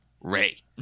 Ray